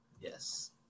Yes